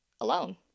alone